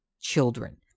children